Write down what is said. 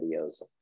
videos